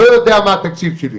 אני לא יודע מה התקציב שלי.